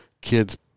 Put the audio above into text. Kids